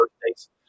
birthdays